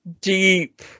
deep